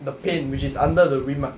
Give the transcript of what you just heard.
the paint which is under the rim ah